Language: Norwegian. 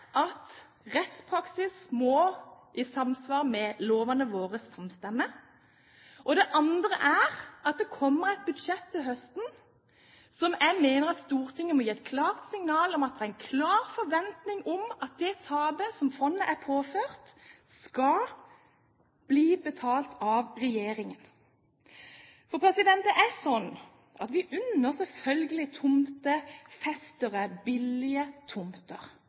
at rettspraksis må samstemme med lovene våre. Den andre er at det kommer et budsjett til høsten, hvor jeg mener at Stortinget må gi et klart signal om at det er en klar forventning om at det tapet som fondet er påført, skal bli betalt av regjeringen. Vi unner selvfølgelig tomtefestere billige tomter,